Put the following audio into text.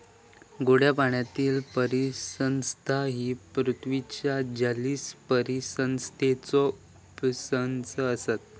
गोड्या पाण्यातीली परिसंस्था ही पृथ्वीच्या जलीय परिसंस्थेचो उपसंच असता